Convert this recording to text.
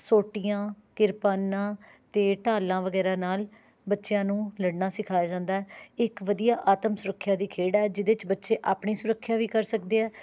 ਸੋਟੀਆਂ ਕਿਰਪਾਨਾਂ ਅਤੇ ਢਾਲਾਂ ਵਗੈਰਾ ਨਾਲ ਬੱਚਿਆਂ ਨੂੰ ਲੜਨਾ ਸਿਖਾਇਆ ਜਾਂਦਾ ਇੱਕ ਵਧੀਆ ਆਤਮ ਸੁਰੱਖਿਆ ਦੀ ਖੇਡ ਹੈ ਜਿਹਦੇ 'ਚ ਬੱਚੇ ਆਪਣੀ ਸੁਰੱਖਿਆ ਵੀ ਕਰ ਸਕਦੇ ਹੈ